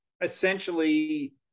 essentially